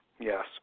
Yes